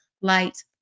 light